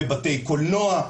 בבתי קולנוע,